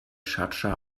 schardscha